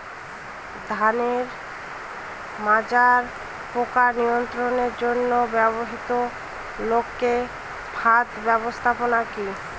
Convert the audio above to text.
ধানের মাজরা পোকা নিয়ন্ত্রণের জন্য ব্যবহৃত আলোক ফাঁদ ব্যবস্থাপনা কি?